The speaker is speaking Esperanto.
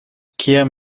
kia